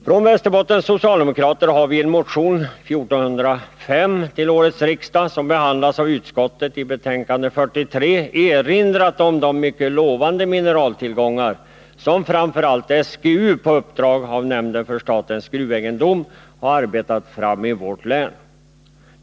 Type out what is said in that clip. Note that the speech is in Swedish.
Från Västerbottens socialdemokrater har vi i en motion till årets riksmöte, nr 1405, som behandlas i betänkande 43 erinrat om de mycket lovande mineraltillgångar som framför allt SGU på uppdrag av nämnden för statens gruvegendom arbetat fram i vårt län.